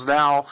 now